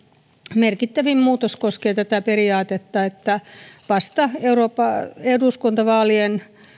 merkittävin muutos koskee tätä periaatetta että vasta eduskuntavaalien